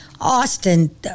Austin